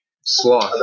Sloth